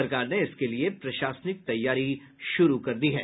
सरकार ने इसके लिए प्रशासनिक तैयारी शुरू कर दी है